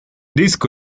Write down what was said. disco